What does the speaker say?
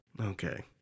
Okay